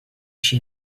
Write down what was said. she